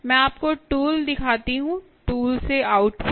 मैं आपको टूल दिखाता हूं टूल से आउटपुट